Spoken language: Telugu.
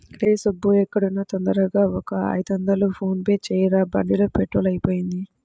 రేయ్ సుబ్బూ ఎక్కడున్నా తొందరగా ఒక ఐదొందలు ఫోన్ పే చెయ్యరా, బండిలో పెట్రోలు అయిపొయింది